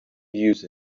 use